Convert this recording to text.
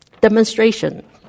demonstration